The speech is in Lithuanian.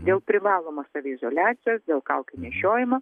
dėl privalomos saviizoliacijos dėl kaukių nešiojimo